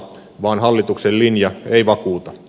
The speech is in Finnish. vaan hallituksen linja ei vakuuta